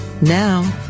Now